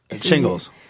shingles